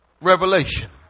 revelation